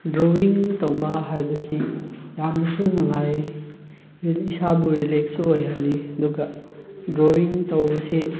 drawing ꯇꯧꯕ ꯍꯥꯏꯕꯁꯤ ꯌꯥꯝꯅꯁꯨ ꯅꯨꯡꯉꯥꯏ ꯏꯁꯥꯕꯨ ꯔꯤꯂꯦꯛꯁꯁꯨ ꯑꯣꯏꯍꯜꯂꯤ ꯑꯗꯨꯒ ꯗ꯭ꯔꯣꯋꯤꯡ ꯇꯧꯕꯁꯦ